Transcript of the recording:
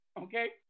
okay